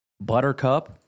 buttercup